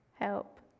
Help